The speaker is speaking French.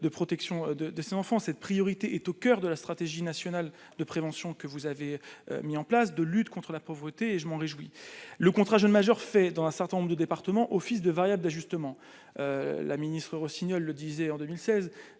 de protection de de ses enfants, cette priorité est au coeur de la stratégie nationale de prévention que vous avez mis en place, de lutte contre la pauvreté et je m'en réjouis, le contrat jeune majeur fait dans un certain nombre de départements office de variable d'ajustement, la ministre Rossignol le disait en 2016,